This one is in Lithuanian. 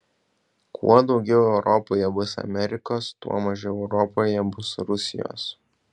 kuo daugiau europoje bus amerikos tuo mažiau europoje bus rusijos